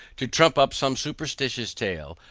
to trump up some superstitious tale,